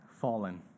fallen